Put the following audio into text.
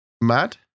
Mad